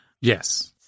Yes